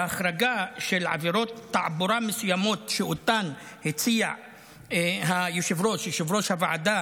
וההחרגה של עבירות תעבורה מסוימות שאותן הציע יושב-ראש הוועדה